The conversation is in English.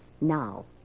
now